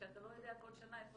כשאתה לא יודע כל שנה איפה תהיה.